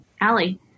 Allie